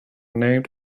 named